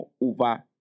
over